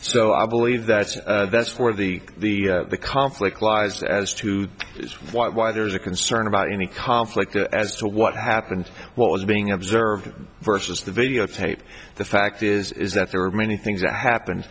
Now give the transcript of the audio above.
so i believe that's that's where the the the conflict lies as to why there's a concern about any conflict as to what happened what was being observed versus the videotape the fact is is that there are many things that happen